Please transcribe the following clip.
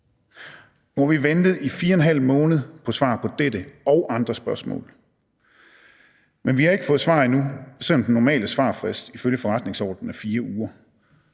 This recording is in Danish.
har vi ventet i 4½ måned på svar på dette og andre spørgsmål, men vi har ikke fået svar endnu, selv om den normale svarfrist ifølge forretningsordenen er 4 uger.